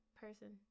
person